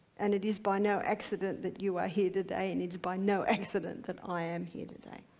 and it is by no accident that you are here today, and it's by no accident that i am here today,